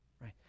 right